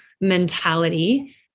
mentality